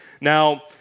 Now